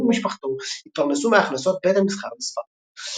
והוא ומשפחתו התפרנסו מהכנסות בית המסחר לספרים.